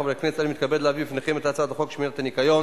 לעמוד בסד הזמנים לגיבוש תמונה מודיעינית שתאפשר את מניעת הפגישה,